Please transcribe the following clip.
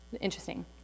Interesting